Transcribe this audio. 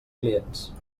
clients